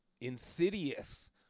Insidious